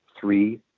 three